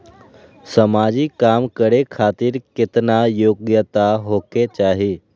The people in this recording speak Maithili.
समाजिक काम करें खातिर केतना योग्यता होके चाही?